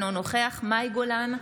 אינו נוכח מאי גולן,